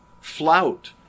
flout